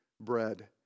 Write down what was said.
bread